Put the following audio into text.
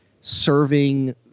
serving